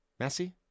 Messi